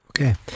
Okay